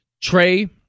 Trey